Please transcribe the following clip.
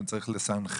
ואני צריך לסנכרן